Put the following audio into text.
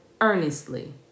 earnestly